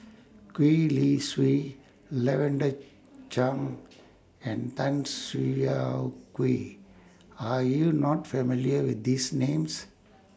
Gwee Li Sui Lavender Chang and Tan Siah Kwee Are YOU not familiar with These Names